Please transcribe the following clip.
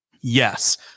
yes